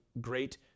great